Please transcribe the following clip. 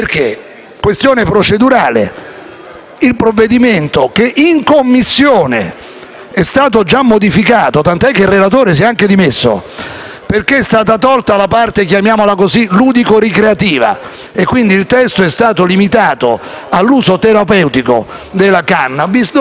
Il provvedimento che in Commissione è stato già modificato, tanto che il relatore si è dimesso perché è stata tolta la parte ludico ricreativa e il testo è stato limitato all'uso terapeutico della *cannabis*, dovrebbe tornare all'attenzione